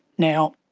now,